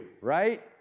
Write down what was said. right